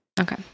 okay